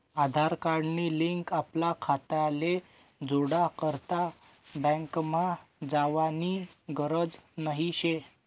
आधार card नी link आपला खाताले जोडा करता बँकमा जावानी गरज नही शे